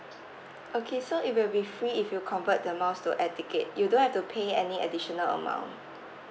okay so it will be free if you convert the miles to airr ticket you don't have to pay any additional amount